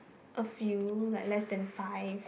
a few like less than five